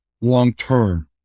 long-term